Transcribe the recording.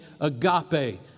agape